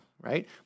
right